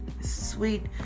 sweet